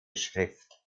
schrift